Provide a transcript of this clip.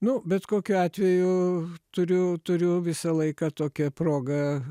nu bet kokiu atveju turiu turiu visą laiką tokią progą